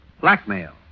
blackmail